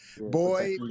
boy